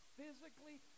physically